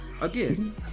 Again